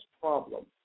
problems